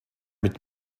мэт